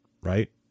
right